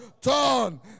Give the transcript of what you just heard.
turn